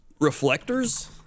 Reflectors